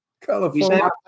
California